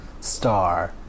star